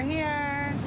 we're